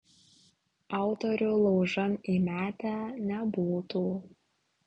autorių laužan įmetę nebūtų